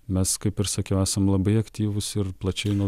mes kaip ir sakiau esam labai aktyvūs ir plačiai nuo